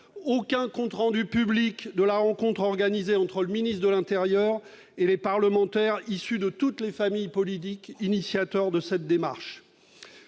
aucun compte rendu public de la rencontre organisée entre le ministre de l'intérieur et les parlementaires issus de toutes les familles politiques à l'initiative de cette démarche.